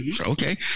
okay